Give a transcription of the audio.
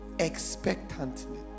expectantly